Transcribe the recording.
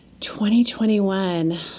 2021